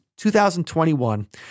2021